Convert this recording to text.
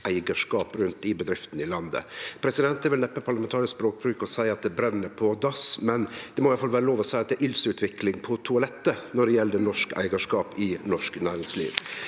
eigarskap i bedriftene i landet. Det er neppe parlamentarisk språkbruk å seie at det brenn på dass, men det må i alle fall vere lov til å seie at det er eldsutvikling på toalettet når det gjeld norsk eigarskap i norsk næringsliv.